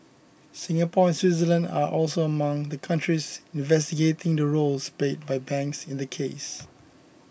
Singapore and Switzerland are also among the countries investigating the roles played by banks in the case